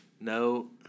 No